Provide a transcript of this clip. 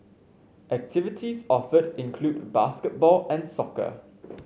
activities offered include basketball and soccer